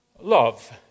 Love